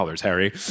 Harry